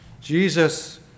Jesus